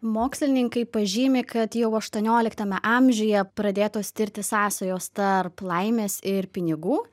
mokslininkai pažymi kad jau aštuonioliktame amžiuje pradėtos tirti sąsajos tarp laimės ir pinigų